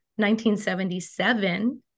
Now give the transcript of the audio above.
1977